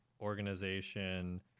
organization